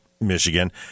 Michigan